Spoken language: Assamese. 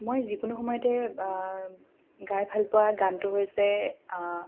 মই যিকোনো সময়তে গাই ভালপোৱা গানটো হৈছে